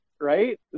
right